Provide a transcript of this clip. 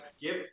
Give